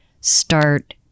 start